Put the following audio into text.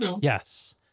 Yes